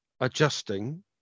adjusting